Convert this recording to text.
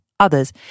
Others